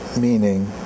meaning